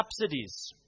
subsidies